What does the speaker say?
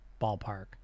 ballpark